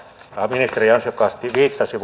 ministeri ansiokkaasti viittasi